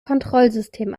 kontrollsystem